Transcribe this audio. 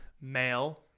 Male